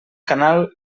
canal